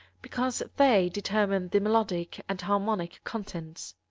because they determine the melodic and harmonic contents